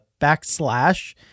Backslash